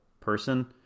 person